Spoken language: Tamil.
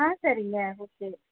ஆ சரிங்க ஓகே